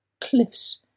cliffs